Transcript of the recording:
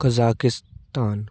Kazakhstan